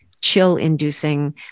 chill-inducing